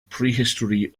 prehistory